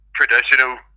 Traditional